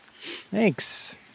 Thanks